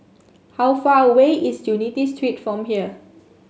how far away is Unity Street from here